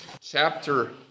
Chapter